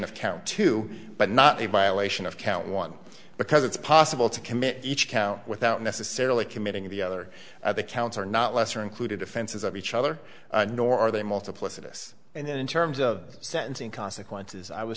of count two but not a violation of count one because it's possible to commit each count without necessarily committing the other of the counts or not lesser included offenses of each other nor are they multiplicity us and in terms of sentencing consequences i was